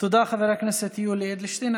תודה, חבר הכנסת יולי אדלשטיין.